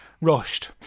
Rushed